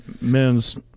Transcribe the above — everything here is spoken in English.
men's